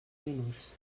minuts